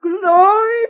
glory